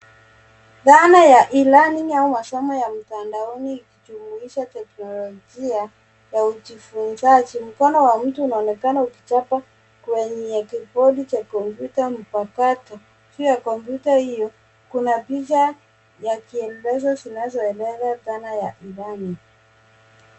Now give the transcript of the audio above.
Dhana ya E-Learning au masomo ya mtandaoni ikijumuisha teknolojia ya ujifunzaji. Mkono wa mtu unaonekana ukichapa kwenye kibodi cha kompyuta mpakato. Juu ya kompyuta hio, kuna picha ya kielelezo zinazoeleza dhana ya E-Learning .